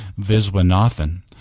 Viswanathan